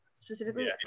specifically